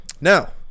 Now